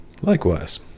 Likewise